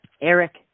Eric